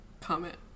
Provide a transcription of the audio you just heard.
comment